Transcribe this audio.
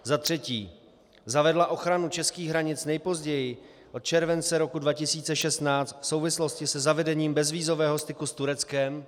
za třetí zavedla ochranu českých hranic nejpozději od července 2016 v souvislosti se zavedením bezvízového styku s Tureckem;